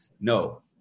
No